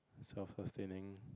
self